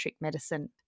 medicine